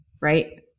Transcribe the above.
right